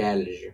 geležį